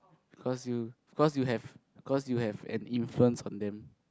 cause you cause you have cause you have an influence on them